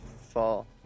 fall